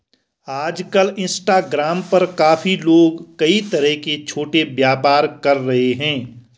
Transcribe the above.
आजकल इंस्टाग्राम पर काफी लोग कई तरह के छोटे व्यापार कर रहे हैं